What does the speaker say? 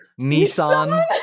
Nissan